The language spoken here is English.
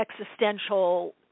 existential